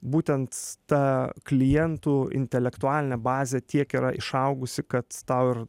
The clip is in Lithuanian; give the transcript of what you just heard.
būtent ta klientų intelektualinė bazė tiek yra išaugusi kad tau ir